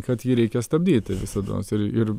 kad jį reikia stabdyti visados ir ir